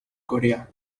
corea